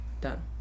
done